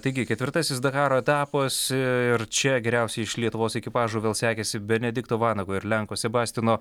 taigi ketvirtasis dakaro etapas ir čia geriausiai iš lietuvos ekipažų vėl sekėsi benedikto vanago ir lenko sebastino